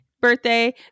birthday